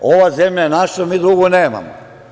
Ova zemlja je naša i mi drugu nemamo.